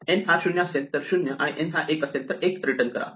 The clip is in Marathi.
n हा 0 असेल तर 0 आणि n हा 1 असेल तर 1 रिटर्न करा